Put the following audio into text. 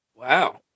wow